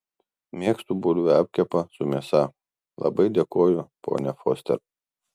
mėgstu bulvių apkepą su mėsa labai dėkoju ponia foster